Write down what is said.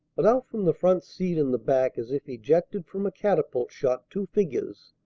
but out from the front seat and the back as if ejected from a catapult shot two figures,